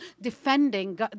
defending